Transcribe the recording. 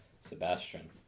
Sebastian